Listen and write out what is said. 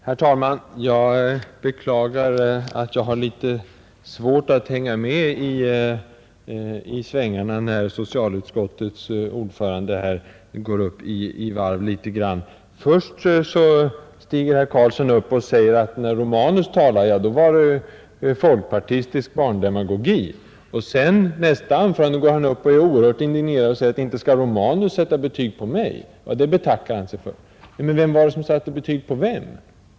Herr talman! Jag beklagar att jag har litet svårt att hänga med i svängarna när socialutskottets ordförande går upp i varv. Först stiger herr Karlsson i Huskvarna upp och säger att när Romanus talar då är det folkpartistisk barnvänlighetsdemagogi. I nästa anförande är han oerhört indignerad och säger att inte skall Romanus sätta betyg på honom; det betackar han sig för. Men vem var det som satte betyg på vem?